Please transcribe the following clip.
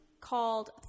called